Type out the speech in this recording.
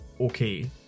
okay